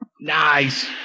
Nice